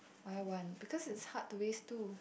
why one because it's hard to raise two